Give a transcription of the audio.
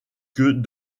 que